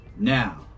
Now